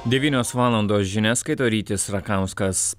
devynios valandos žinias skaito rytis rakauskas